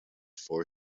four